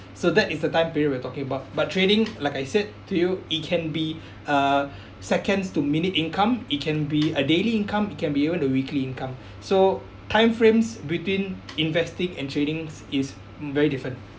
so that is the time period we're talking about but trading like I said to you it can be uh seconds to minute income it can be a daily income it can be even the weekly income so time frames between investing and tradings is very different